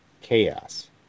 chaos